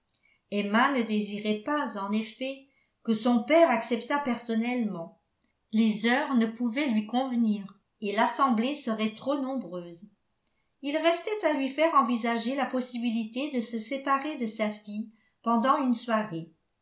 emma ne désirait pas en effet que son père acceptât personnellement les heures ne pouvaient lui convenir et l'assemblée serait trop nombreuse il restait à lui faire envisager la possibilité de se séparer de sa fille pendant une soirée